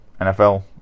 NFL